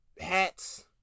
hats